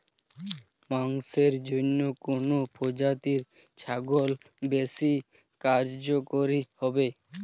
মাংসের জন্য কোন প্রজাতির ছাগল বেশি কার্যকরী হবে?